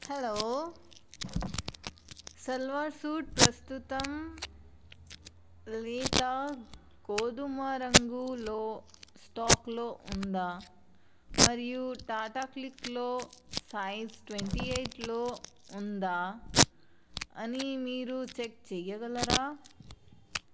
hello salwar suit ప్రస్తుతం లేత గోధుమరంగులో స్టాక్లో ఉందా మరియు టాటా క్లిక్లో సైజ్ ట్వెంటీ ఎయిట్లో ఉందా అని మీరు చెక్ చేయగలరా